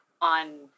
On